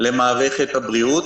למערכת הבריאות,